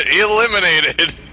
eliminated